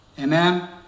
Amen